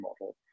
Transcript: model